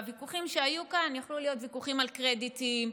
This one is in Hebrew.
והוויכוחים שהיו כאן יכלו להיות ויכוחים על קרדיטים,